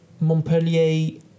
Montpellier